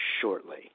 shortly